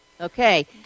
Okay